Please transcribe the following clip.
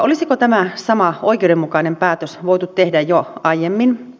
olisiko tämä sama oikeudenmukainen päätös voitu tehdä jo aiemmin